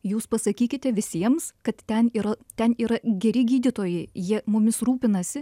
jūs pasakykite visiems kad ten yra ten yra geri gydytojai jie mumis rūpinasi